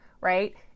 right